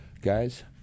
guys